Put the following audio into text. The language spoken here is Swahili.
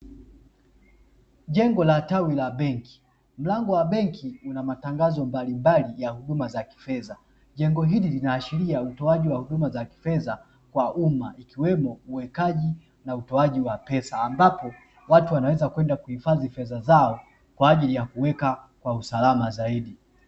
Jengo la tawi la benki, mlango wa benki una matangazo mbalimbali ya huduma za kifedha. Jengo hili linaashiria utoaji wa huduma za kifedha kwa umma, ikiwemo uwekaji na utoaji wa pesa, ambapo watu wanaweza kwenda kuhifadhi fedha zao kwa ajili ya kuweka kwa usalama zaidi.